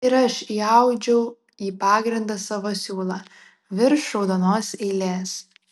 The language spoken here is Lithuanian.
ir aš įaudžiau į pagrindą savo siūlą virš raudonos eilės